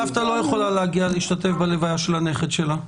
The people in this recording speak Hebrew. סבתא לא יכולה להגיע להשתתף בהלוויה של הנכד שלה.